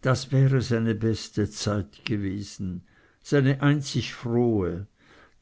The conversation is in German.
das wäre seine beste zeit gewesen seine einzig frohe